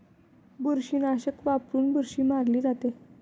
बुरशीनाशक वापरून बुरशी मारली जाते